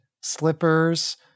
slippers